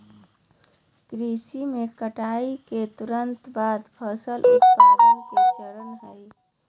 कृषि में कटाई के तुरंत बाद फसल उत्पादन के चरण हइ